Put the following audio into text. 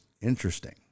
Interesting